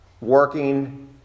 Working